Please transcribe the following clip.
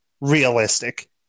realistic